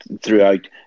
throughout